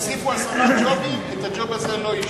הוסיפו עשרה ג'ובים ואת הג'וב הזה לא השאירו.